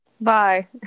Bye